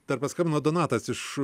dar paskambino donatas iš